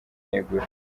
yegura